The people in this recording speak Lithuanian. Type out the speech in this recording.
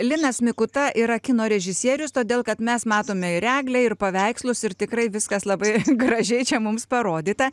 linas mikuta yra kino režisierius todėl kad mes matome ir eglę ir paveikslus ir tikrai viskas labai gražiai čia mums parodyta